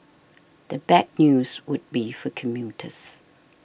the bad news would be for commuters